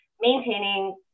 maintaining